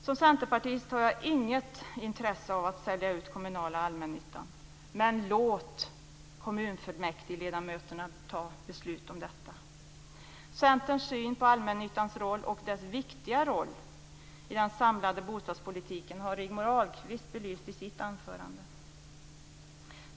Som centerpartist har jag inget intresse av att sälja ut den kommunala allmännyttan, men låt kommunfullmäktigeledamöterna fatta beslut om detta. Centerns syn på allmännyttans roll och dess viktiga roll i den samlade bostadspolitiken har Rigmor Ahlstedt belyst i sitt anförande.